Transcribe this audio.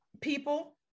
people